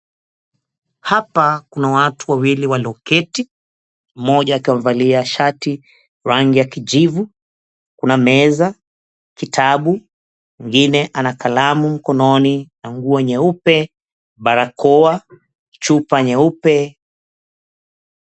Hapa kuna watu wawili walioketi. Mmoja akiwa amevalia shati, rangi ya kijivu. Kuna meza, kitabu, mwengine ana kalamu mkononi na nguo nyeupe, barakoa, chupa nyeupe.